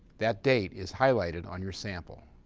that date is highlighted on your sample.